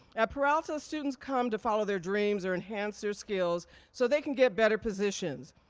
at peralta students come to follow their dreams or enhance their skills so they can get better positions,